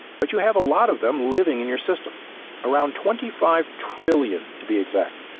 but you have a lot of them living in your system around twenty five trillion to be exact.